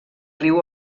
riu